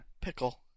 Pickle